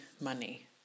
money